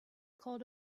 called